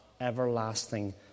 everlasting